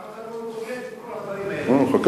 למה אתה לא, את כל הדברים האלה?